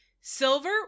Silver